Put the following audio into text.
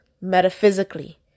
Metaphysically